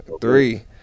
three